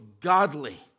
godly